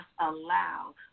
allow